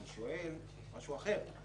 אני שואל משהו אחר.